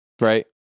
Right